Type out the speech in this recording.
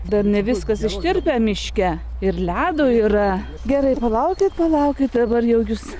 dar ne viskas ištirpę miške ir ledo yra gerai palaukit palaukit dabar jau jus